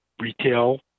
retail